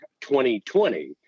2020